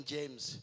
James